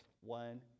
One